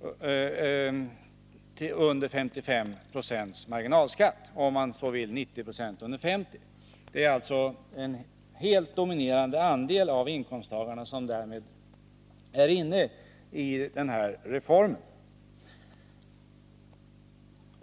får högst 55 96 marginalskatt — eller, om man så vill, 90 26 av inkomsttagarna får en marginalskatt på högst 50 26. Det är alltså en helt dominerande andel av inkomsttagarna som därmed är inne i denna reform.